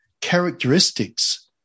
characteristics